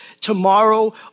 tomorrow